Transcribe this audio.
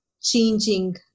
changing